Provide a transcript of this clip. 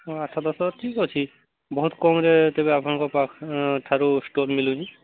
ହଁ ଆଠ ଦଶ ହଜାର ଠିକ୍ ଅଛି ବହୁତ କମରେ ତେବେ ଆପଣଙ୍କ ପାଖରେ ଠାରୁ ସ୍ଟଲ୍ ମିଳୁଛି